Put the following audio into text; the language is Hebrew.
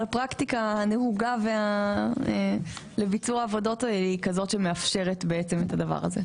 אבל הפרקטיקה הנהוגה לביצוע העבודות האלה היא כזאת שמאפשרת את הדבר הזה.